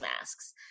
masks